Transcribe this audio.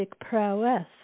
prowess